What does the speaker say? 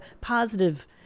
positive